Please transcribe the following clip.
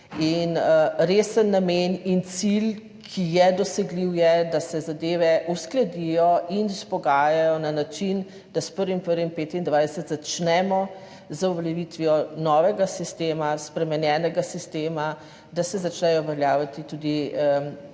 resen namen in cilj, ki je dosegljiv, je, da se zadeve uskladijo in izpogajajo na način, da s 1. 1. 2025 začnemo z uveljavitvijo novega sistema, spremenjenega sistema, da se začnejo uveljavljati tudi